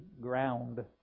ground